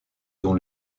dont